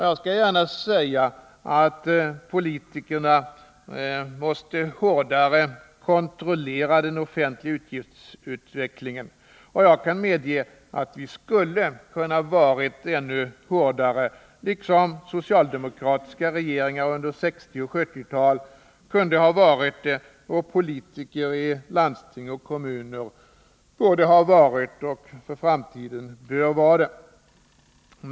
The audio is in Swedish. Jag skall gärna säga att politikerna hårdare måste kontrollera den offentliga utgiftsutvecklingen. Jag kan medge att vi skulle ha kunnat vara ännu hårdare, liksom den socialdemokratiska regeringen under 1960 och 1970-talen kunde ha varit det, liksom politiker i landsting och kommuner borde ha varit det och för framtiden bör vara det.